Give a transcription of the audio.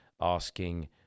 asking